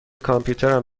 کامپیوترم